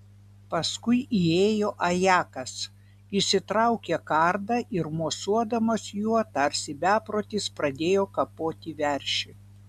paskui įėjo ajakas išsitraukė kardą ir mosuodamas juo tarsi beprotis pradėjo kapoti veršį